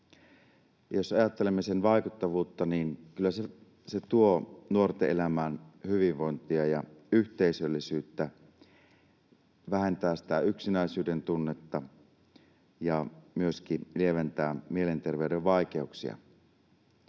Jos ajattelemme sen vaikuttavuutta, niin kyllä se tuo nuorten elämään hyvinvointia ja yhteisöllisyyttä, vähentää sitä yksinäisyyden tunnetta ja myöskin lieventää mielenterveyden vaikeuksia.